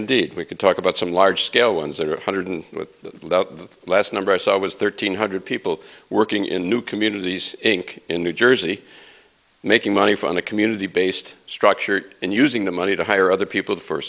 indeed we could talk about some large scale ones or a hundred with the last number i saw was thirteen hundred people working in new communities inc in new jersey making money from the community based structured and using the money to hire other people f